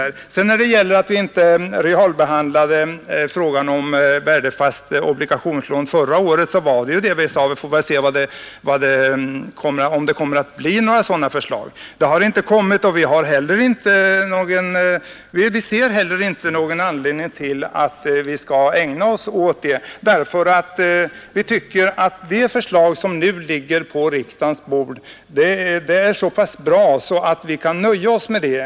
Anledningen till att utskottet inte realbehandlade frågan om värdefast obligationslån förra året var att vi först ville se om det skulle framställas några sådana förslag. Detta har inte skett, och vi ser heller ingen anledning till att vi nu skulle ägna oss åt den frågan. Vi tycker att det förslag som nu ligger på riksdagens bord är så bra att vi kan nöja oss med det.